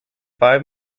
five